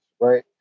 right